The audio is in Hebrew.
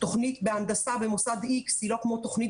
תכנית בהנדסה במוסד איקס היא לא כמו תכנית